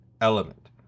element